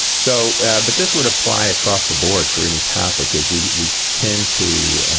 so but this would apply across the board for any topic is we we tend to